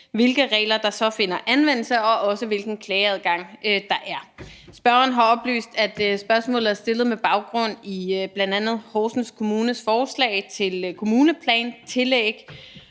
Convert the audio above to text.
hvilke regler der så finder anvendelse, og også, hvilken klageadgang der er. Spørgeren har oplyst, at spørgsmålet er stillet på baggrund af bl.a. Horsens Kommunes forslag til kommuneplantillæg,